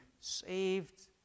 saved